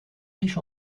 riche